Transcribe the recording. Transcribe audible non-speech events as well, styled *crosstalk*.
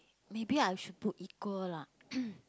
maybe I should put equal lah *coughs*